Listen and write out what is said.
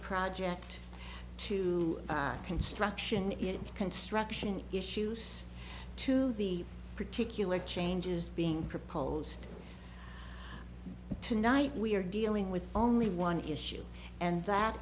project to construction and construction issues to the particular changes being proposed tonight we are dealing with only one issue and that